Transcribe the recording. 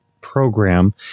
program